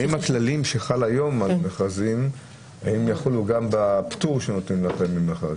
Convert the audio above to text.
האם הכללים שחלים היום על מכרזים יחולו גם על הפטור ממכרז שנותנים לכם?